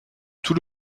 tout